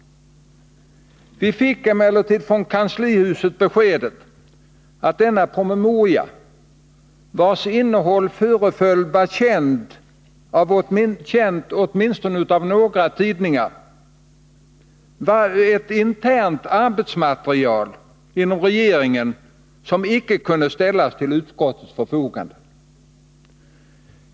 Vi fick emellertid från kanslihuset beskedet att denna promemoria, vars innehåll föreföll vara känt för åtminstone några tidningar, var ett internt arbetsmaterial inom regeringen som icke kunde ställas till utskottets förfogande.